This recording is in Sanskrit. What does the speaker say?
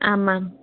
आमाम्